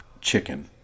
chicken